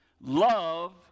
love